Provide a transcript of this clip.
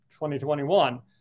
2021